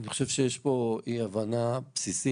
אני חושב שיש פה אי-הבנה בסיסית.